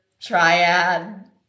triad